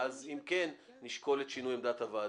ואז אם כן, נשקול את שינוי עמדת הוועדה.